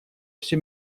все